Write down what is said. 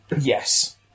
Yes